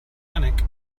panic